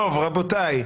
רבותיי,